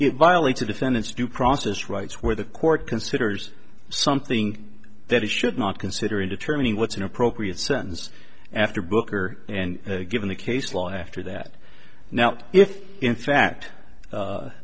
it violates a defendant's due process rights where the court considers something that he should not consider in determining what's an appropriate sentence after booker and given the case law after that now if in fact